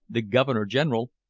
the governor-general,